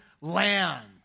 land